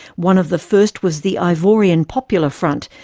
one of the first was the ivorian popular front,